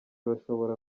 bashobora